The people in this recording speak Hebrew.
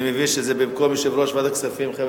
אני מבין שזה במקום יושב-ראש ועדת הכספים.